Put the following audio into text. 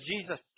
Jesus